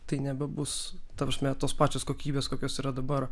tai nebebus ta prasme tos pačios kokybės kokios yra dabar